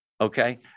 okay